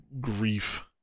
grief